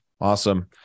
Awesome